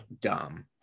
dumb